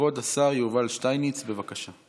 כבוד השר יובל שטייניץ, בבקשה.